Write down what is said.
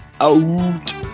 out